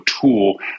tool